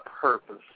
purpose